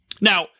Now